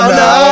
no